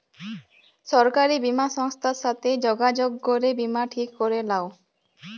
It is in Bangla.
সরকারি বীমা সংস্থার সাথে যগাযগ করে বীমা ঠিক ক্যরে লাও